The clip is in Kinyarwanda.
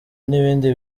n’ibindi